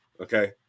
Okay